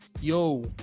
yo